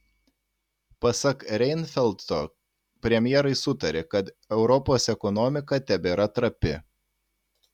pasak reinfeldto premjerai sutarė kad europos ekonomika tebėra trapi